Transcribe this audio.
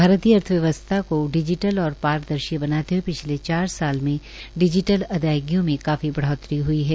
भारतीय अर्थव्यवस्था को डिजिटल और पारदर्शिय बनाते हए पिछले चार साल में डिजिटल अदायगियों में काफी बढौतरी हई है